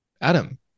Adam